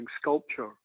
sculpture